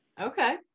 Okay